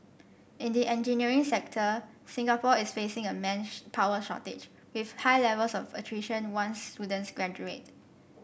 in the engineering sector Singapore is facing a manpower shortage with high levels of attrition once students graduate